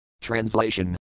Translation